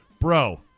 bro